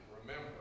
remember